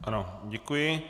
Ano, děkuji.